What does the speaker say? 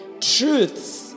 truths